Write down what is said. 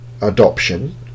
adoption